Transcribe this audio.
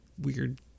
weird